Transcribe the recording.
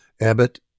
Abbott